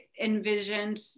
envisioned